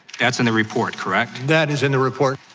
that's in the report, correct? that is in the report.